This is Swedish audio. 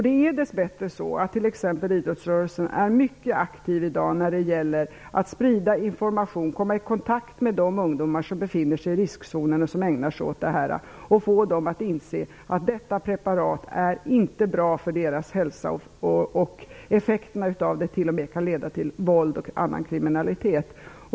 Det är dess bättre så att t.ex. idrottsrörelsen i dag är mycket aktiv när det gäller att sprida information och komma i kontakt med de ungdomar som befinner sig i riskzonen och ägnar sig åt detta och få dem att inse att dessa preparat inte är bra för deras hälsa och att effekterna av dem t.o.m. kan leda till våld och annan kriminalitet.